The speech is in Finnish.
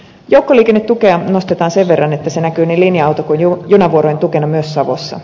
joukkoliikennetukea nostetaan sen verran että se näkyy niin linja auto kuin junavuorojen tukena myös savossa